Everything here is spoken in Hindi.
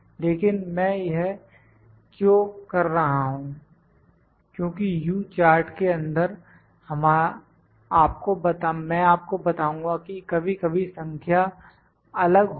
लेकिन मैं यह क्यों कर रहा हूं क्योंकि U चार्ट के अंदर मैं आपको बताऊंगा कि कभी कभी संख्या अलग होंगी